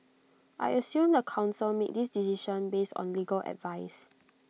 I assume the Council made this decision based on legal advice